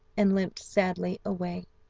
and limped sadly away.